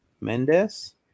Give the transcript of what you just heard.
Mendes